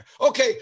Okay